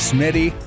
Smitty